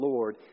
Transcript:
Lord